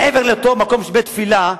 מעבר לאותו מקום שהוא בית-תפילה,